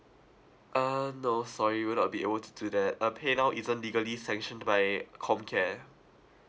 uh no sorry we'll not be able to do that uh paynow isn't legally sanctioned by comcare